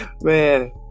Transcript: Man